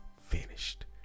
finished